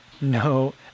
no